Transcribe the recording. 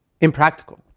impractical